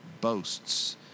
boasts